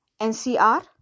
NCR